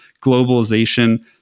globalization